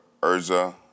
Urza